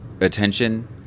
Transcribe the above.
attention